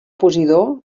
posidó